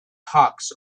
hawks